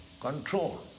control